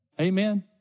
Amen